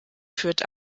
führt